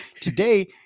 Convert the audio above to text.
today